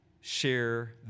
share